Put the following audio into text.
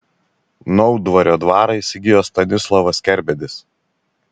naudvario dvarą įsigijo stanislovas kerbedis